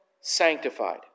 sanctified